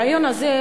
הרעיון הזה,